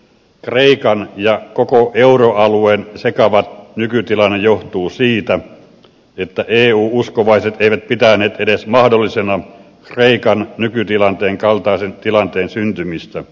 kreikan ja koko euroalueen sekava nykytilanne johtuu siitä että eu uskovaiset eivät pitäneet edes mahdollisena kreikan nykytilanteen kaltaisen tilanteen syntymistä